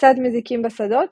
צד מזיקים בשדות,